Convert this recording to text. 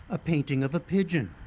a painting of a pigeon,